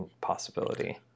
possibility